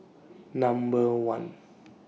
Number one